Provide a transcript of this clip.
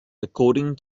according